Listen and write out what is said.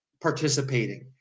participating